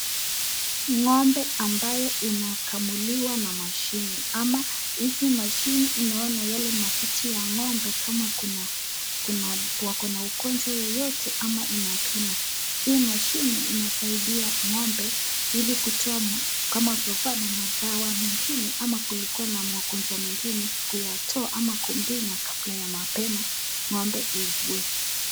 Ng'ombe ambayo inakamuliwa na mashine ama hizi mashini inaona yale matiti ya ng'ombe kama wako na ugonjwa yeyote ama ina pima. Hii mashini inasaidia ng'ombe ili kutoa kama kungekuwa na madawa mengine ama kulikuwa na magonjwa mengine, kuyatoa ama kumpima kabla ya mapema ng'ombe iugue.